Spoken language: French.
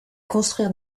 construire